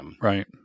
Right